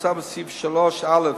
המוצע בסעיף 3(א)